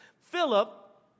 Philip